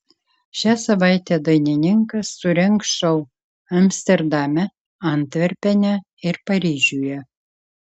šią savaitę dainininkas surengs šou amsterdame antverpene ir paryžiuje